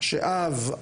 שאב,